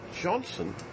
Johnson